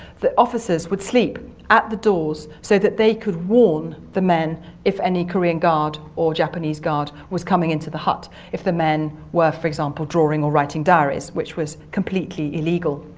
the officers would sleep at the doors so that they could warn the men if any korean guard or japanese guard was coming into the hut if the men were, for example, drawing or writing diaries, which was completely illegal.